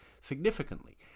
significantly